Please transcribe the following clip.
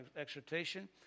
exhortation